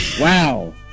Wow